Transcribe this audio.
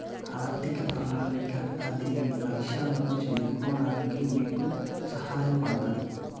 ఆర్థిక ప్రణాళిక అది మీ లక్ష్యాలను చేరుకోవడానికి మీకు సహాయపడతది